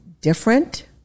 different